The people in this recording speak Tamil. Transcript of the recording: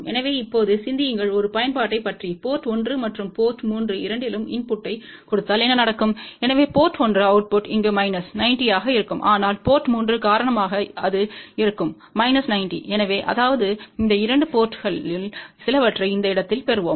எனவே போர்ட் 1 அவுட்புட் இங்கு மைனஸ் 90 ஆக இருக்கும் ஆனால் போர்ட் 3 காரணமாக அது இருக்கும் மைனஸ் 90 எனவேஅதாவது இந்த 2 போர்ட்ங்களில் சிலவற்றை இந்த இடத்தில் பெறுவோம்